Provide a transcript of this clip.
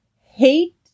hate